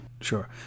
Sure